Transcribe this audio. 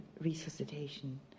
resuscitation